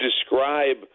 describe